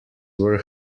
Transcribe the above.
were